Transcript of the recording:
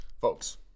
Folks